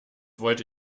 wollte